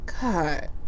god